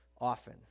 often